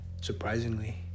surprisingly